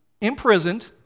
imprisoned